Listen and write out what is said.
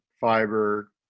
fiber